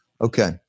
Okay